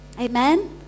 Amen